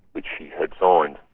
which she had signed.